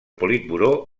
politburó